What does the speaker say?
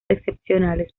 excepcionales